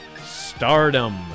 Stardom